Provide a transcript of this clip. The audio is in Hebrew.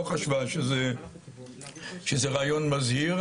לא חשבה שזה רעיון מזהיר,